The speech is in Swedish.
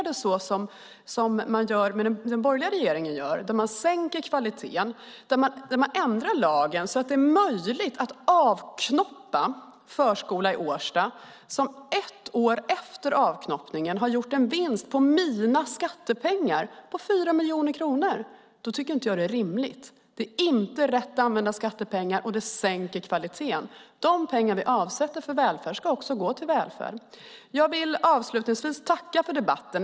Det sätt som den borgerliga regeringen hanterar det på, när man sänker kvaliteten och ändrar lagen så att det är möjligt att avknoppa förskola i Årsta som ett år efter avknoppningen har gjort en vinst med mina skattepengar på 4 miljoner kronor, tycker jag inte är rimligt. Det är inte rätt använda skattepengar, och det sänker kvaliteten. De pengar vi avsätter för välfärd ska gå till välfärd. Jag vill avslutningsvis tacka för debatten.